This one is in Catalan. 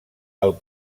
els